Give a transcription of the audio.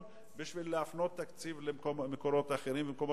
בשביל להפנות תקציב למקומות אחרים.